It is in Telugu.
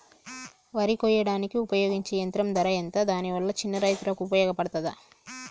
వరి కొయ్యడానికి ఉపయోగించే యంత్రం ధర ఎంత దాని వల్ల చిన్న రైతులకు ఉపయోగపడుతదా?